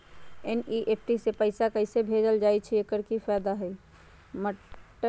NEFT से पैसा कैसे भेजल जाइछइ? एकर की फायदा हई?